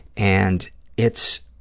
and it's,